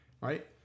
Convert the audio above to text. right